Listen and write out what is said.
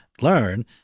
learn